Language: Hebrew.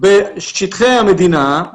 בשטחי המדינה,